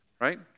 right